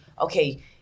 okay